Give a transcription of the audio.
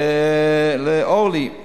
לאורלי,